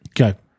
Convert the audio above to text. Okay